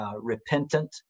Repentant